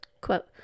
Quote